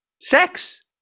Sex